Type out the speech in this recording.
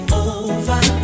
over